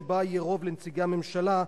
שבה יהיה רוב לנציגי הממשלה,